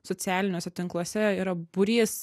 socialiniuose tinkluose yra būrys